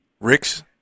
Ricks